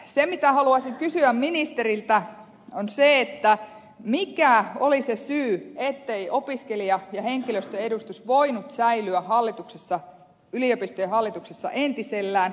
se mitä haluaisin kysyä ministeriltä on se mikä oli se syy ettei opiskelija ja henkilöstöedustus voinut säilyä yliopistojen hallituksissa entisellään